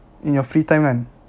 in your free time kan